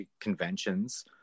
conventions